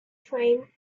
tram